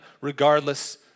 regardless